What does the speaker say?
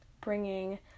bringing